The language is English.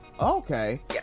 Okay